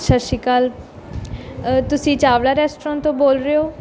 ਸਤਿ ਸ਼੍ਰੀ ਅਕਾਲ ਤੁਸੀਂ ਚਾਵਲਾ ਰੈਸਟੋਰੈਂਟ ਤੋਂ ਬੋਲ ਰਹੇ ਹੋ